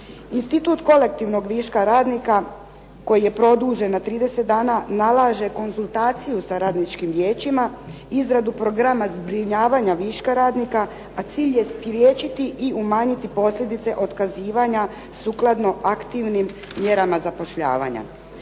Institut kolektivnog viška radnika koji je produžen na 30 dana nalaže konzultaciju sa radničkim vijećima, izradu programa zbrinjavanja viška radnika, a cilj je spriječiti i umanjiti posljedice usklađivanja sukladno aktivnim mjerama zapošljavanja.